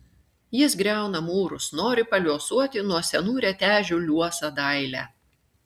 jis griauna mūrus nori paliuosuoti nuo senų retežių liuosą dailę